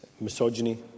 Misogyny